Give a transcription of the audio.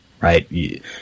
right